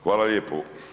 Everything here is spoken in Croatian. Hvala lijepo.